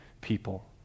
people